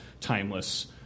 timeless